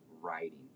writing